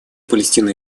палестины